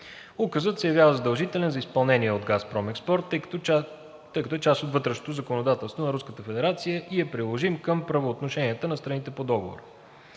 Указът се явява задължителен за изпълнение от ООО „Газпром Експорт“, тъй като е част от вътрешното законодателство на Руската федерация и е приложим към правоотношенията на страните по Договора.